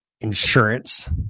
insurance